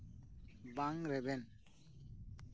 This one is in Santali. ᱵᱟᱝ ᱨᱮᱵᱮᱱ